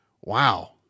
Wow